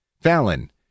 Fallon